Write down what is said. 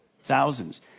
Thousands